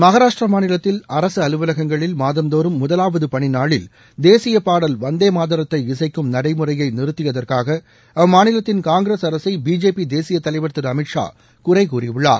மகாராஷ்டிரா மாநிலத்தில் அரசு அலுவலகங்களில் மாதந்தோறும் முதலாவது பணி நாளில் தேசிய பாடல் வந்தே மாதரத்தை இசைக்கும் நடைமுறையை நிறுத்தியதற்காக அம்மாநிலத்தின் காங்கிரஸ் அரசை பிஜேபி தேசிய தலைவர் திரு அமித்ஷா குறை கூறியுள்ளார்